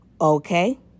Okay